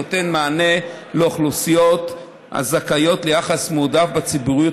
נותן מענה לאוכלוסיות הזכאיות ליחס מועדף בציבוריות